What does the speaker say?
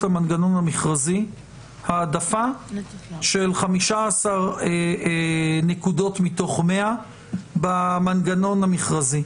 המנגנון המכרזי העדפה של 15 נקודות מתוך 100 במנגנון המכרזי.